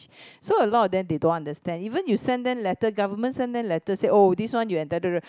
so a lot of them they don't understand even you send them letter government send them letter say oh this one you entitled